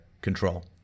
control